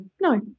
no